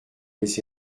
les